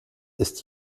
ist